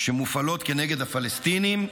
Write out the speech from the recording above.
שמופעלות נגד הפלסטינים,